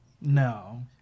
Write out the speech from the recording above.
No